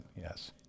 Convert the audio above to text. Yes